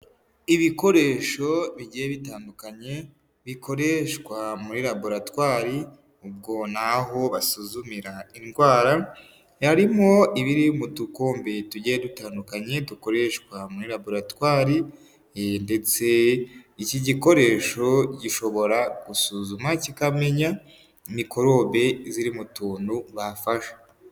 Ibikoresho bigiye bitandukanye, bikoreshwa muri laboratwari, ubwo ni aho basuzumira indwara, harimo ibiri mu tukombe tugiye dutandukanye dukoreshwa muri laboratwari, ndetse iki gikoresho gishobora gusuzuma, kikamenya mikorobe ziri mu tuntu bafashe.